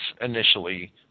initially